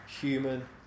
human